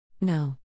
No